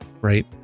Right